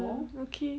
mm okay